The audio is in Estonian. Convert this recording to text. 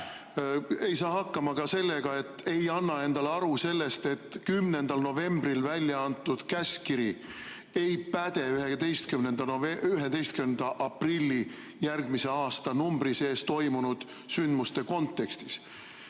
Ei saa hakkama ka sellega, et anda endale aru sellest, et 10. novembril antud käskkiri ei päde 11. aprillil järgmise aastanumbri sees toimunud sündmuste kontekstis.